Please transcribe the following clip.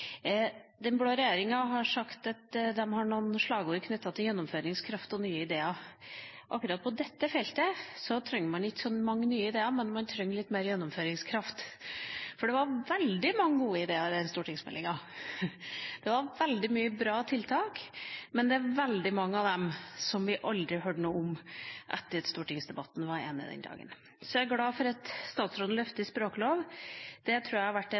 Den blå regjeringa har sagt at de har noen slagord knyttet til gjennomføringskraft og nye ideer. Akkurat på dette feltet trenger man ikke så mange nye ideer, men man trenger litt mer gjennomføringskraft. For det var veldig mange gode ideer i den stortingsmeldinga, det var veldig mange bra tiltak, men det er veldig mange av dem som vi aldri har hørt noe om etter at stortingsdebatten var over den dagen. Så er jeg glad for at statsråden løfter språklov. Det tror jeg har vært